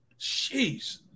Jeez